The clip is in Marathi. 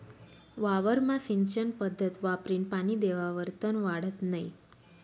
वावरमा सिंचन पध्दत वापरीन पानी देवावर तन वाढत नै